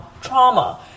trauma